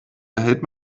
erhält